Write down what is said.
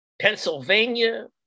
Pennsylvania